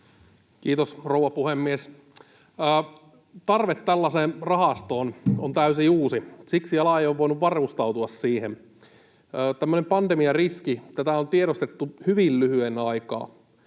Kiitos, rouva puhemies! Tarve tällaiseen rahastoon on täysin uusi. Siksi ala ei ole voinut varustautua siihen. Tämmöinen pandemiariski on tiedostettu hyvin lyhyen aikaa,